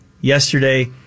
yesterday